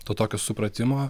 to tokio supratimo